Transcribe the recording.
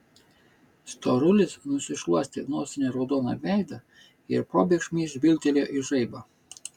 storulis nusišluostė nosine raudoną veidą ir probėgšmais žvilgtelėjo į žaibą